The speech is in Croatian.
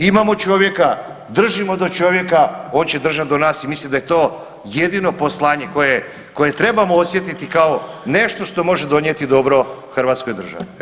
Imamo čovjeka, držimo do čovjeka, on će držat do nas i mislim da je to jedino poslanje koje trebamo osjetiti kao nešto što može donijeti dobro hrvatskoj državi.